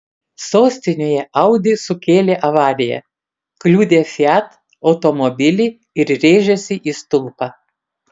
sostinėje audi sukėlė avariją kliudė fiat automobilį ir rėžėsi į stulpą